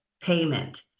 payment